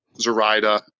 Zoraida